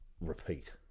repeat